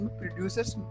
producers